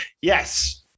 Yes